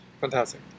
Fantastic